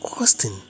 Austin